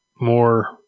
more